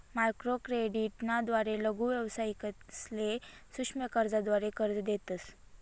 microcredit ना द्वारे लघु व्यावसायिकसले सूक्ष्म कर्जाद्वारे कर्ज देतस